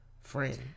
friend